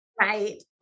Right